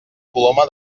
coloma